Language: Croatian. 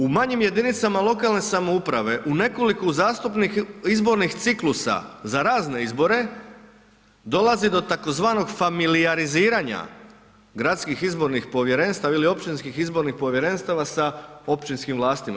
U manjim jedinicama lokalne samouprave u nekoliko uzastopnih izbornih ciklusa za razne izbore, dolazi do tzv. familijariziranja gradskih izbornih povjerenstava ili općinskih izbornih povjerenstava sa općinskim vlastima.